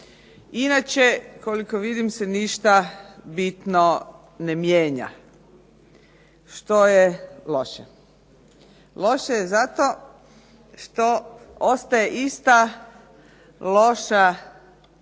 Inače, koliko vidim se ništa bitno ne mijenja što je loše. Loše je zato što ostaje ista loša odnosno